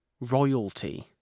royalty